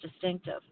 distinctive